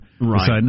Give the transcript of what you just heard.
Right